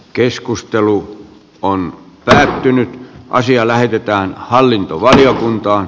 keskustelu on tosin asia lähetetään hallintovaliokuntaan